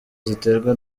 ziterwa